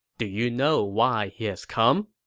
do you know why he has come?